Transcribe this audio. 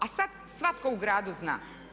A sad svatko u gradu zna.